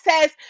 says